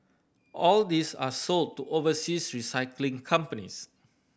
all these are sold to overseas recycling companies